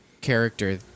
character